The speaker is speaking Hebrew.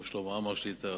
הרב שלמה עמאר שליט"א,